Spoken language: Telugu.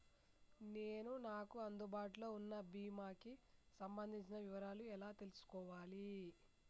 నేను నాకు అందుబాటులో ఉన్న బీమా కి సంబంధించిన వివరాలు ఎలా తెలుసుకోవాలి?